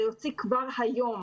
אלא יוציא כבר היום,